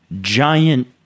giant